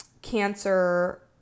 cancer